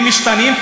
הם משתנים?